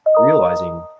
realizing